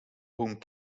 home